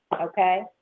Okay